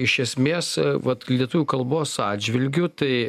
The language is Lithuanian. iš esmės vat lietuvių kalbos atžvilgiu tai